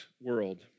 world